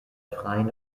freien